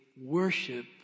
worship